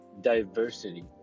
diversity